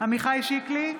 עמיחי שיקלי,